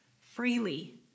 Freely